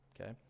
Okay